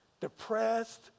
depressed